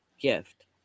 gift